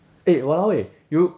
eh !walao! eh you